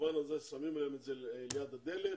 שמים להם את האוכל ליד הדלת